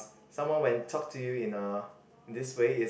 someone when talk to you in a this way is